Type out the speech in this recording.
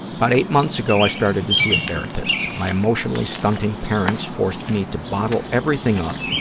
but eight months ago i started to see a therapist. my emotionally stunting parents forced me to bottle everything up